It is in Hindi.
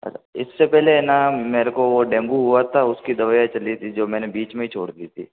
अच्छा इससे पेहले है ना मेरे को वो डेंगू हुआ था उसकी दवाईयाँ चली थी जो मैंने बीच में ही छोड़ दी थी